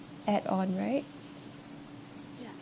add on right